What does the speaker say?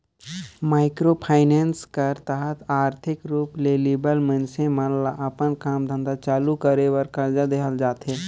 micro finance कर तहत आरथिक रूप ले लिबल मइनसे मन ल अपन काम धंधा चालू कर बर करजा देहल जाथे